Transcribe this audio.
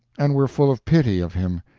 and were full of pity of him,